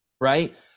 right